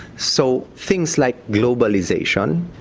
so things like globalisation,